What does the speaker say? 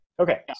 Okay